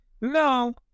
no